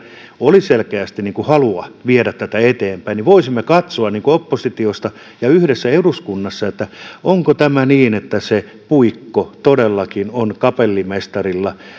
oli selkeästi halua viedä tätä eteenpäin voisimme katsoa oppositiosta ja yhdessä eduskunnassa että onko tämä niin että se puikko todellakin on kapellimestarilla ja